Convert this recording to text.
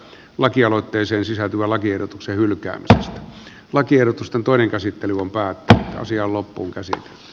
lakialoitteeseen sisältyvän lakiehdotuksen hylkää lakiehdotusta toinen käsitteli um päätti asian loppuun käsin a